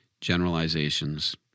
generalizations